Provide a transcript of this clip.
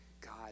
God